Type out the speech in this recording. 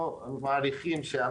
תתייחס לשני המודלים שהצגתי, על